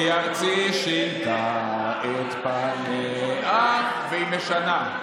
"לא אשתוק, כי ארצי / שינתה את פניה" והיא משנה,